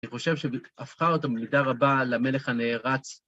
אני חושב שהפכה אותם במידה רבה למלך הנערץ.